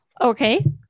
Okay